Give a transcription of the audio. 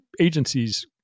agencies